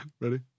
Ready